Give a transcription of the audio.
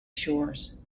shores